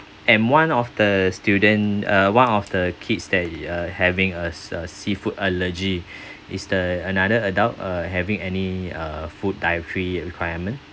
and one of the student uh one of the kids that uh having a a seafood allergy is the another adult uh having any uh food dietary requirement